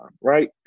right